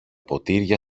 ποτήρια